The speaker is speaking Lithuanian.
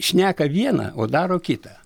šneka vieną o daro kitą